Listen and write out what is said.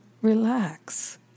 relax